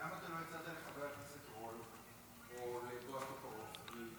למה לא הצעת לחבר הכנסת רול או לבועז טופורובסקי?